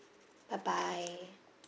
bye bye